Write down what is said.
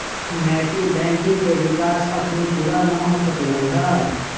नैतिक बैंकिंग के विकास अखनी पुरा न हो सकलइ ह